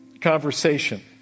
conversation